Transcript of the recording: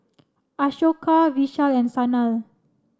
Ashoka Vishal and Sanal